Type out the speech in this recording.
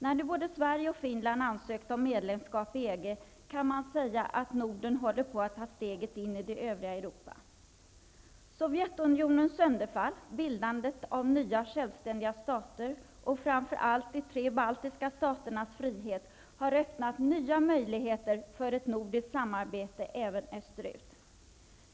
När nu både Sverige och Finland ansökt om medlemskap i EG, kan man säga att Norden håller på att ta steget in i det övriga Europa. Sovjetunionens sönderfall, bildandet av nya självständiga stater, och framför allt de tre baltiska staternas frihet, har öppnat nya möjligheter för ett nordiskt samarbete även österut.